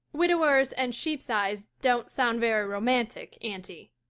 widowers and sheep's eyes don't sound very romantic, aunty.